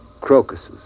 crocuses